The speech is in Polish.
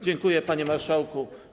Dziękuję, panie marszałku.